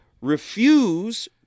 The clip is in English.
refuse